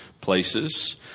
places